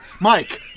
Mike